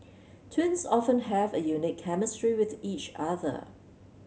twins often have a unique chemistry with each other